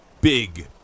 Big